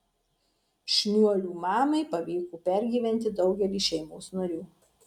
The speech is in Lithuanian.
šniuolių mamai pavyko pergyventi daugelį šeimos narių